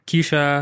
Kisha